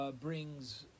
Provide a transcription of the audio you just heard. brings